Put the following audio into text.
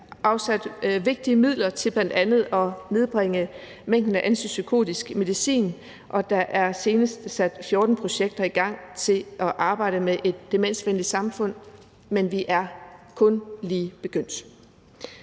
afsat vigtige midler til bl.a. at nedbringe mængden af antipsykotisk medicin, og der er senest sat 14 projekter i gang, hvor der skal arbejdes med at skabe et demensvenligt samfund; men vi er kun lige begyndt.